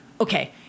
Okay